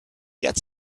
get